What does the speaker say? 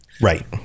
Right